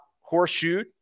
Horseshoe